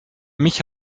mich